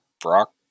Brock